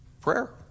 prayer